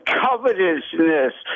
covetousness